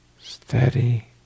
Steady